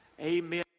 Amen